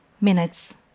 minutes